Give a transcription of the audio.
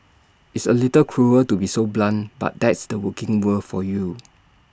it's A little cruel to be so blunt but that's the working world for you